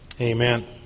Amen